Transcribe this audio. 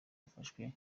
afashwe